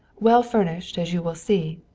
well furnished, as you will see.